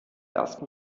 ersten